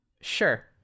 Sure